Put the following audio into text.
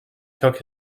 took